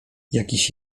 jakiś